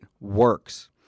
works